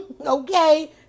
okay